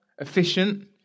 efficient